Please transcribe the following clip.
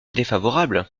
défavorable